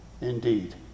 Indeed